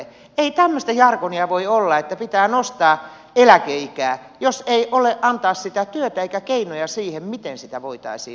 ei tämmöistä jargonia voi olla että pitää nostaa eläkeikää jos ei ole antaa sitä työtä eikä keinoja siihen miten sitä voitaisiin nostaa